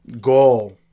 goal